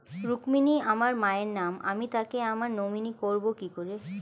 রুক্মিনী আমার মায়ের নাম আমি তাকে আমার নমিনি করবো কি করে?